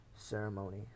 Ceremony